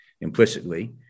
implicitly